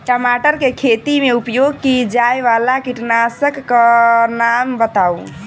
टमाटर केँ खेती मे उपयोग की जायवला कीटनासक कऽ नाम बताऊ?